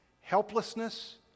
helplessness